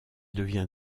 devient